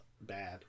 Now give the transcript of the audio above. bad